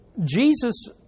Jesus